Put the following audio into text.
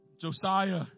Josiah